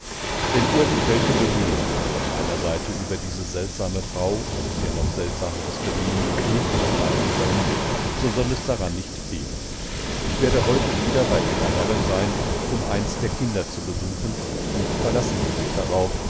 geheimnisvolleereignissogelassenzubetrachtenwiesiekönnen wennirgendwelche bemühungen von meiner seite über diese seltsame frau und ihr noch seltsameres benehmen licht verbreiten können so soll es daran nicht fehlen ich werde heute wieder bei ihrer herrin sein um eins der kinder zu besuchen und verlassen sie sich darauf